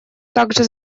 также